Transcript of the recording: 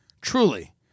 Truly